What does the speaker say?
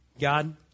God